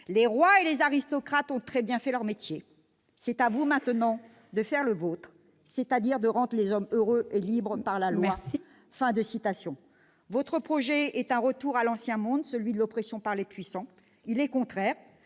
Les rois et les aristocrates ont très bien fait leur métier. C'est à vous maintenant de faire le vôtre, c'est-à-dire de rendre les hommes heureux et libres par la loi ». Veuillez conclure, madame Assassi. Votre projet, madame la ministre, est un retour à l'ancien monde, celui de l'oppression par les puissants ! Il est contraire